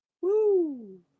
Woo